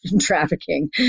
trafficking